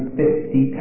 fifty